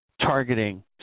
targeting